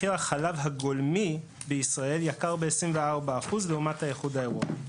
מחיר החלב הגולמי בישראל יקר ב-24% לעומת האיחוד האירופי.